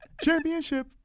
Championship